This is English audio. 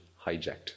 hijacked